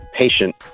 patient